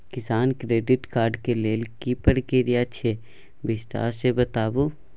किसान credit card के लेल की प्रक्रिया अछि विस्तार से बताबू?